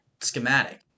schematic